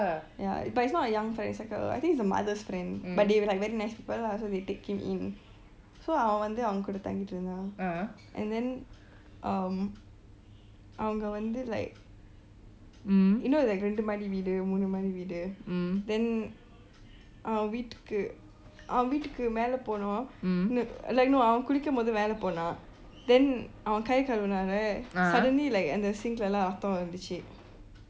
ya but it's not a young friend I think is the mother's friend but they like very nice people lah so they take him in so அவன் வந்து அவங்ககூட தங்கிருந்தான்:avan vantu avangaalcuuda taankirutaan so um அவங்கள் வந்து:avaangal vantu like you know like இரண்டு மாடி வீடு மூனு மாடி வீடு:yeeraandu maati moonu maati veetu then அவன் வீட்டுக்கு அவன் வீட்டுக்கு மேல போனும்:avan veetuku avan veetuku meelai poonum like no அவன் குளிக்கும் போது மேலே போனோன்:avan cuuleekum pootu meelai poonaan then அவன் கை கழுவினான்:avan cai caaluvinaan right suddenly like அந்த:anta sink எல்லாம் இரத்தமா இருந்துச்சு:ellaam iraathamaa iruuntuchu